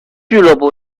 俱乐部